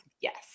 Yes